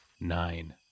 Nine